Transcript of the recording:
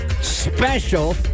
special